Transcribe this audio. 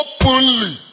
openly